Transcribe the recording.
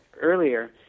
earlier